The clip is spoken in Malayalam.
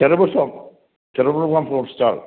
Cherupushpam Cherupushpam fruit stall